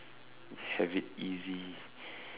have it easy